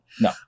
No